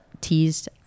teased